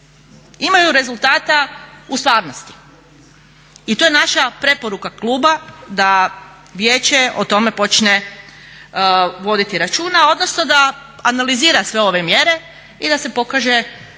imaju rezultata u stvarnosti i to je naša preporuka kluba da Vijeće o tome počne voditi računa, odnosno da analizira sve ove mjere i da se pokažu konkretni